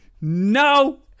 no